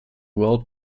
world